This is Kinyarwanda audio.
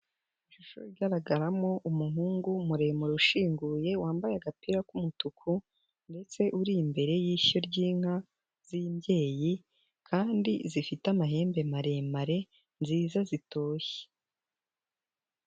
Ishusho igaragaramo umuhungu muremure ushinguye, wambaye agapira k'umutuku ndetse uri imbere y'ishyo ry'inka z'imbyeyi kandi zifite amahembe maremare nziza zitoshye.